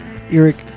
Eric